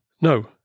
No